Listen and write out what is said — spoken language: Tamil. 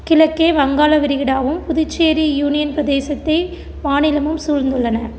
கிழக்கே வங்காள விரிகுடாவும் புதுச்சேரி யூனியன் பிரதேசத்தை மாநிலமும் சூழ்ந்துள்ளன